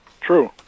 True